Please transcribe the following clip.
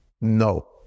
no